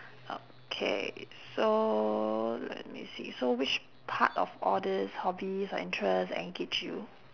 okay so let me see so which part of all these hobbies or interest engage you